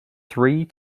three